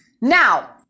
Now